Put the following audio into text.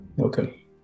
Okay